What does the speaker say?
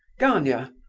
gania,